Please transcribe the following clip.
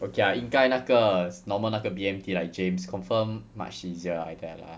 okay lah 应该那个 normal 那个 B_M_T like james confirm much easier lah like that lah